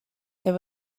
there